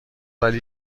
ولی